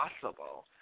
possible